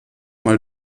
mal